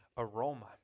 aroma